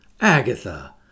Agatha